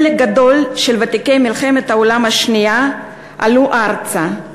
חלק גדול של ותיקי מלחמת העולם השנייה עלו ארצה,